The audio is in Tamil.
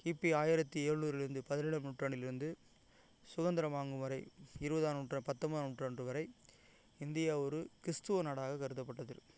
கிபி ஆயிரத்து எழுநூறிலிருந்து பதினேழாம் நூற்றாண்டில் இருந்து சுதந்திரம் வாங்கும் வரை இருபதாம் நூற்றாண்டு பத்தொன்பதாம் நூற்றாண்டு வரை இந்தியா ஒரு கிறிஸ்துவ நாடாக கருதப்பட்டது